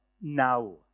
Now